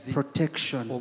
protection